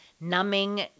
numbing